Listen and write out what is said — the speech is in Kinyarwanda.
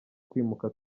kwimuka